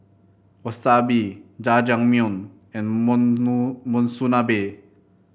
Wasabi Jajangmyeon and Monsunabe